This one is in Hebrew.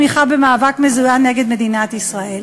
תמיכה במאבק מזוין נגד מדינת ישראל.